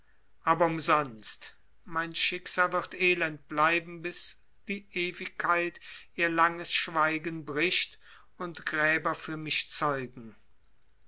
aber umsonst mein schicksal wird elend bleiben bis die ewigkeit ihr langes schweigen bricht und gräber für mich zeugen